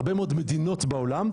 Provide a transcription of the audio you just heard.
הרבה מאוד מדינות בעולם,